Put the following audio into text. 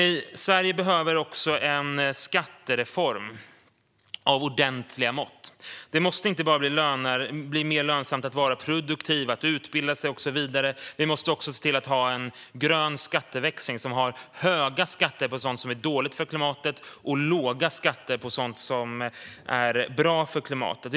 Sverige behöver också en skattereform av ordentliga mått. Det måste inte bara bli mer lönsamt att vara produktiv, att utbilda sig och så vidare, utan vi måste också se till att ha en grön skatteväxling som innebär höga skatter på sådant som är dåligt för klimatet och låga skatter på sådant som är bra för klimatet.